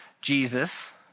Jesus